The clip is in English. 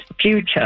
Future